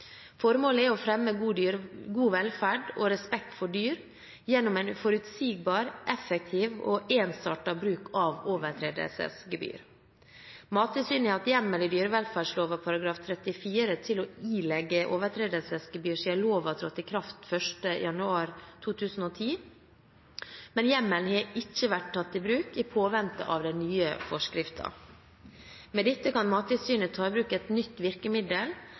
Formålet er å fremme god velferd og respekt for dyr gjennom en forutsigbar, effektiv og ensartet bruk av overtredelsesgebyr. Mattilsynet har hatt hjemmel i dyrevelferdsloven § 34 til å ilegge overtredelsesgebyr siden loven trådte i kraft 1. januar 2010, men hjemmelen har ikke vært tatt i bruk i påvente av den nye forskriften. Med dette kan Mattilsynet ta i bruk et nytt virkemiddel